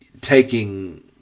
taking